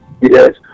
yes